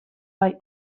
bai